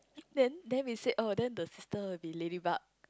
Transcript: then then we said then the sister will be ladybug